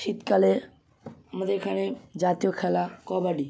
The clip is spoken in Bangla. শীতকালে আমাদের এখানে জাতীয় খেলা কবাডি